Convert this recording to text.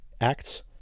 acts